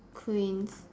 cranes